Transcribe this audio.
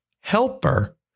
helper